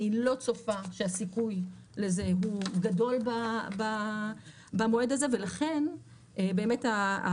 אני לא צופה שהסיכוי לזה הוא גדול במועד הזה ולכן הרשות